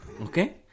Okay